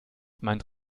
meint